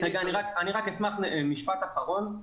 אשמח למשפט אחרון.